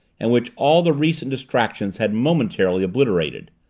and which all the recent distractions had momentarily obliterated.